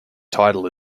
title